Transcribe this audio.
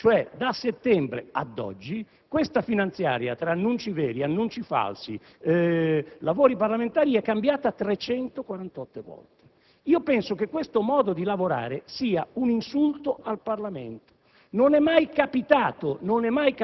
esattamente 348 volte dalla sua presentazione: da settembre ad oggi questa finanziaria, tra annunci veri, annunci falsi, lavori parlamentari, è cambiata 348 volte.